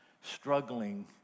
struggling